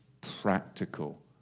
practical